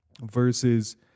versus